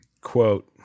Quote